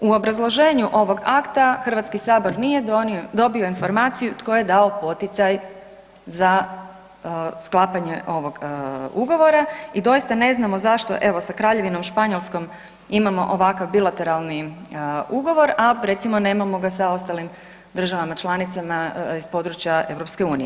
U obrazloženju ovog akta Hrvatski sabor nije dobio informaciju tko je dao poticaj za sklapanje ovog ugovora i doista ne znamo zašto evo sa Kraljevinom Španjolskom imamo ovakav bilateralni ugovor, a recimo nemamo ga sa ostalim državama članicama iz područja EU.